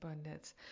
abundance